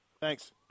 Thanks